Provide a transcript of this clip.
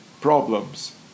problems